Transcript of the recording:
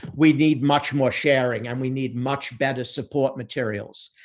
we need much more sharing and we need much better support materials.